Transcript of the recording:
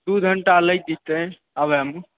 दू घंटा लागि जेतै आबैमे